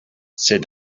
c’est